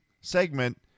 segment